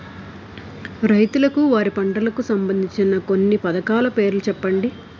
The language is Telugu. రైతులకు వారి పంటలకు సంబందించిన కొన్ని పథకాల పేర్లు చెప్పండి?